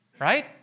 right